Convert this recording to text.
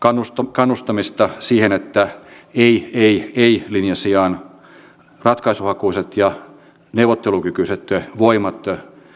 kannustamista siihen että ei ei ei linjan sijaan ratkaisuhakuiset ja neuvottelukykyiset voimat